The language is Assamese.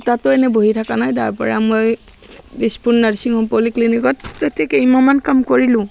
তাতো এনে বহি থকা নাই তাৰ পৰা মই দিছপুৰ নাৰ্ছিং হোম পলিক্লিনিকত তাতে কেইমাহমান কাম কৰিলোঁ মই